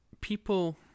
People